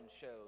shows